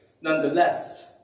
Nonetheless